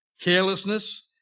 carelessness